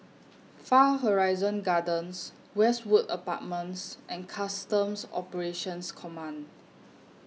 Far Horizon Gardens Westwood Apartments and Customs Operations Command